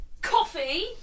Coffee